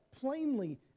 plainly